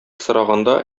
сораганда